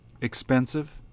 expensive